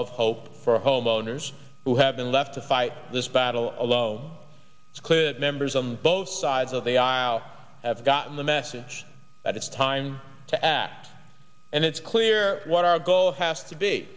of hope for homeowners who have been left to fight this battle alone it's clear that members on both sides of the aisle have gotten the message that it's time to act and it's clear what our goal has to be